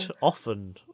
often